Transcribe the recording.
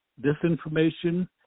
disinformation